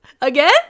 again